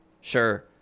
Sure